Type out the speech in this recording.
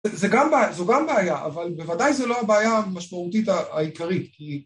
זה גם בעיה, זו גם בעיה, אבל בוודאי זו לא הבעיה המשמעותית העיקרית כי...